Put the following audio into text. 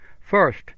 First